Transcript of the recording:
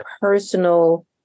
personal